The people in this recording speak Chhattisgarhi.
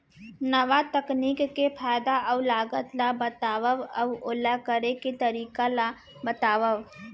नवा तकनीक के फायदा अऊ लागत ला बतावव अऊ ओला करे के तरीका ला बतावव?